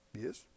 Yes